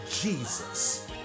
Jesus